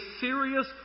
serious